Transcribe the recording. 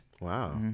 Wow